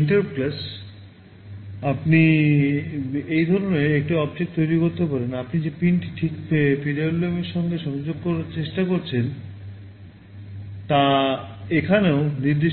interrupt ইনপুটটির অবস্থানটি বর্তমানে 0